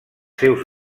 seus